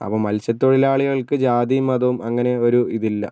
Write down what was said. അപ്പോൾ മത്സ്യ തൊഴിലാളികൾക്ക് ജാതിയും മതവും അങ്ങനെ ഒരു ഇതില്ല